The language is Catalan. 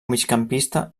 migcampista